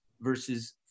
versus